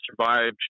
survived